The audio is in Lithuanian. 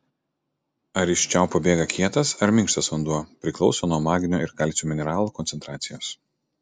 ar iš čiaupo bėga kietas ar minkštas vanduo priklauso nuo magnio ir kalcio mineralų koncentracijos